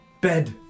bed